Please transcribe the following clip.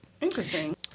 Interesting